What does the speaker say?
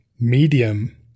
medium